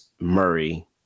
Murray